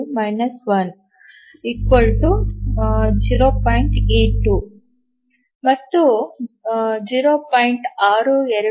82 ಮತ್ತು 0